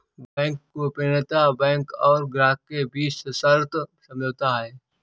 bank गोपनीयता bank और ग्राहक के बीच सशर्त समझौता है